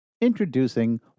Introducing